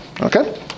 Okay